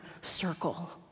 circle